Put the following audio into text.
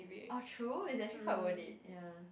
oh true it's actually quite worth it ya